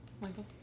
Michael